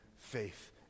faith